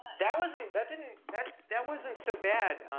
that wasn't, that didn't, that, that wasn't so bad,